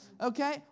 Okay